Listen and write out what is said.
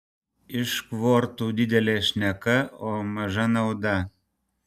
iš kvortų didelė šneka o maža nauda